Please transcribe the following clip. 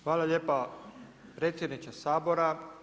Hvala lijepo predsjedniče Sabora.